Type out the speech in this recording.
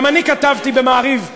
גם אני כתבתי ב"מעריב לנוער",